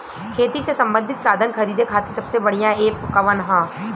खेती से सबंधित साधन खरीदे खाती सबसे बढ़ियां एप कवन ह?